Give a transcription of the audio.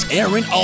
Aaron